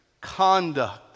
conduct